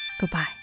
goodbye